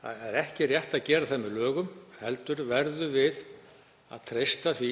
Það er ekki rétt að gera það með lögum heldur verðum við að treysta því